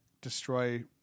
destroy